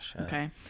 okay